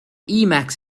emacs